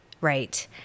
Right